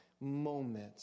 moment